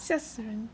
吓死人